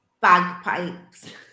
bagpipes